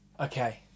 Okay